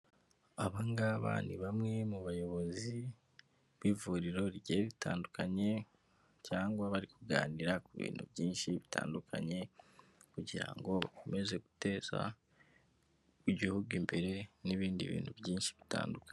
Aba ngaba ni bamwe mu bayobozi b'ivuriro rigiye ritandukanye cyangwa bari kuganira ku bintu byinshi bitandukanye kugira ngo bakomeze guteza igihugu imbere n'ibindi bintu byinshi bitandukanye.